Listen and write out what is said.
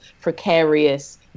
precarious